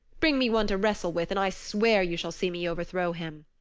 bring me one to wrestle with, and i swear you shall see me overthrow him.